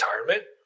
retirement